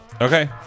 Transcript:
Okay